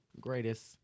greatest